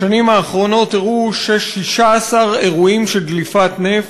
בשנים האחרונות אירעו 16 אירועים של דליפת נפט.